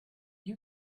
you